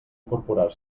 incorporar